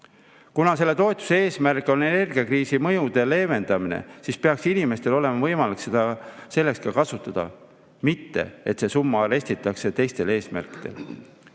Kuna selle toetuse eesmärk on energiakriisi mõjude leevendamine, siis peaks inimestel olema võimalik seda selleks ka kasutada, mitte et see summa arestitakse teistel eesmärkidel.